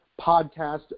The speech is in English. podcast